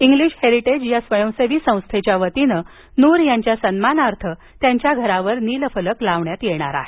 English heritage या स्वयंसेवी संस्थेच्या वतीने नूर यांच्या सन्मानार्थ त्यांच्या घरावर नीलफलक लावण्यात येणार आहे